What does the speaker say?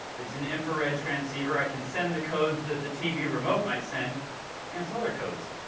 it's an infrared transceiver, i can send the codes that the tv remote might send and some other codes.